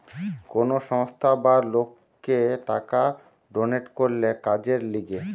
কোন সংস্থা বা লোককে টাকা ডোনেট করলে কাজের লিগে